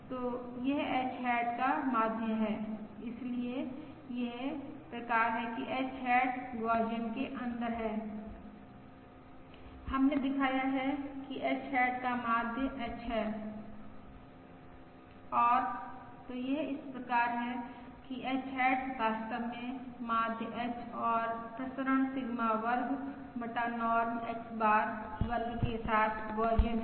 तो यह H hat का माध्य है इसलिए यह प्रकार है कि H हैट गौसियन के अंदर है हमने दिखाया है कि H हैट का माध्य H है और तो यह इस प्रकार है कि h हैट वास्तव में माध्य h और प्रसरण सिग्मा वर्ग बटा नॉर्म X बार वर्ग के साथ गौसियन है